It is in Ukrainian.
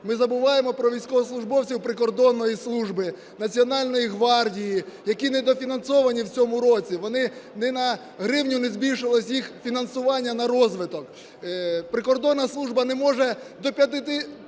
ми забуваємо про військовослужбовців Прикордонної служби, Національної гвардії, які недофінансовані в цьому році. Ні на гривню не збільшувалося їх фінансування на розвиток. Прикордонна служба не може до 50 тисяч